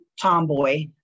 tomboy